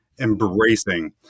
embracing